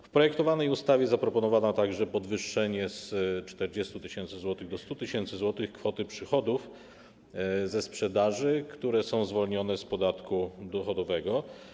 W projektowanej ustawie zaproponowano także podwyższenie z 40 tys. zł do 100 tys. zł kwoty przychodów ze sprzedaży, które są zwolnione z podatku dochodowego.